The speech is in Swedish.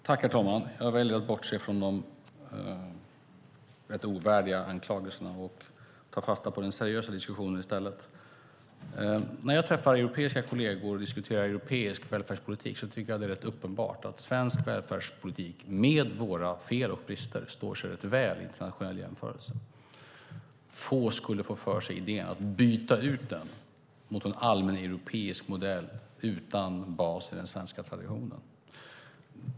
Herr talman! Jag väljer att bortse från de ovärdiga anklagelserna och tar i stället fasta på den seriösa diskussionen. När jag träffar europeiska kolleger och diskuterar europeisk välfärdspolitik tycker jag att det är rätt uppenbart att svensk välfärdspolitik, med våra fel och brister, står sig rätt väl i internationell jämförelse. Få skulle få för sig idén att byta ut vår välfärdsmodell mot en allmäneuropeisk modell utan bas i den svenska traditionen.